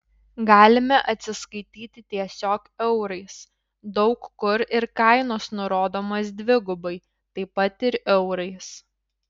galime atsiskaityti tiesiog eurais daug kur ir kainos nurodomos dvigubai taip pat ir eurais